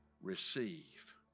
receive